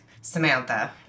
samantha